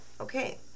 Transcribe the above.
Okay